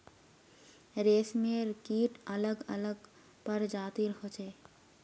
रेशमेर कीट अलग अलग प्रजातिर होचे